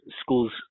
schools